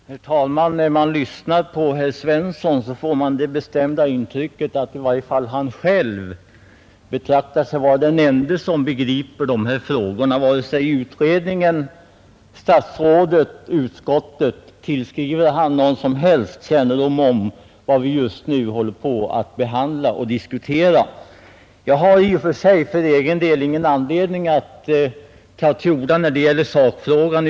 Herr talman! När man lyssnar på herr Svensson i Malmö får man det bestämda intrycket att i varje fall han själv betraktar sig som den ende som begriper de här frågorna. Varken utredningen, statsrådet eller utskottet tillskriver han någon som helst kännedom om vad vi just nu håller på och diskuterar. Jag har för egen del ingen anledning att ta till orda i sakfrågan.